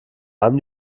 allem